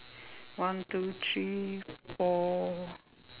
one two three four